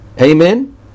Amen